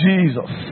Jesus